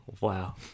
Wow